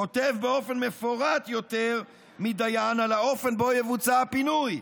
כותב באופן מפורט יותר מדיין על האופן שבו יבוצע הפינוי.